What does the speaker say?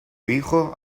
hijo